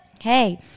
Hey